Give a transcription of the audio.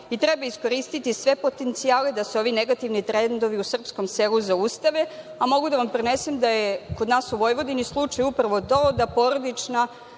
i treba iskoristiti sve potencijale da se ovi negativni trendovi u srpskom selu zaustave. Mogu da vam prenesem da je kod nas u Vojvodini slučaj upravo to da porodična